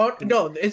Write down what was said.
No